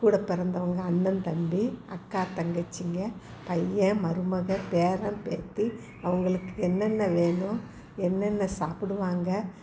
கூட பிறந்தவங்க அண்ணன் தம்பி அக்கா தங்கச்சிங்கள் பையன் மருமகள் பேரன் பேத்தி அவங்களுக்கு என்னென்ன வேணும் என்னென்ன சாப்பிடுவாங்க